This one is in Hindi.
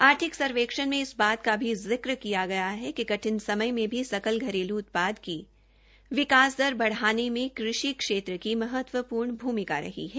आर्थिक सर्वेक्ष्ण में इस बात का भी जिक्रं किया गया है कि कठिन समय में भी सकल घरेलू उत्पाद की विकास दर बढ़ाने में कृषि क्षेत्र की महत्वपूर्ण भूमिका रही है